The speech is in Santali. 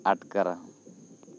ᱟᱴᱠᱟᱨᱟ